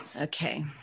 okay